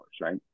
right